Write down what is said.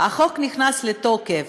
מתי החוק נכנס לתוקף?